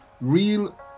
Real